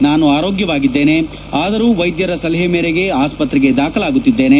ನಾನು ಆರೋಗ್ಯವಾಗಿದ್ದೇನೆ ಆದರೂ ವೈದ್ಯರ ಸಲಹೆ ಮೇರೆಗೆ ಆಸ್ತ್ರೆಗೆ ದಾಖಲಾಗುತ್ತಿದ್ದೇನೆ